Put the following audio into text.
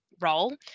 role